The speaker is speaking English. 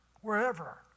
wherever